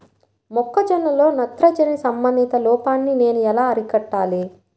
మొక్క జొన్నలో నత్రజని సంబంధిత లోపాన్ని నేను ఎలా అరికట్టాలి?